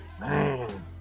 Man